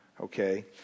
Okay